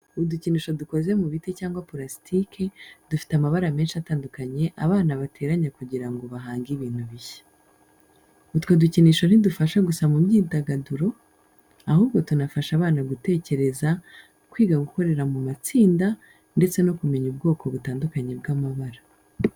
Udukinisho dukoze mu biti cyangwa purasitike, dufite amabara menshi atandukanye abana bateranya kugira ngo bahange ibintu bishya. Utwo dukinisho ntidufasha gusa mu myidagaduro, ahubwo tunafasha abana gutekereza, kwiga gukorera mu matsinda, ndetse no kumenya ubwoko butandukanye bw'amabara.